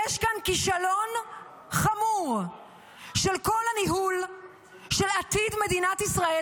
יש כאן כישלון חמור של כל הניהול של עתיד מדינת ישראל,